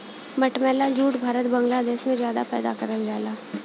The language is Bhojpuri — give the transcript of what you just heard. मटमैला जूट भारत बांग्लादेश में जादा पैदा करल जाला